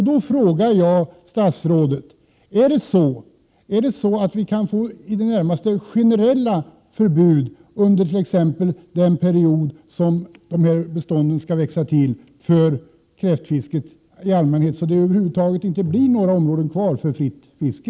Då frågar jag statsrådet: Kan vi få i det närmaste generella förbud under t.ex. den period då bestånden skall växa till för kräftfisket i allmänhet, så att det över huvud taget inte blir några områden kvar för fritt fiske?